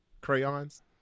Crayons